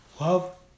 Love